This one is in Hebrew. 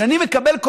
ואני מקבל,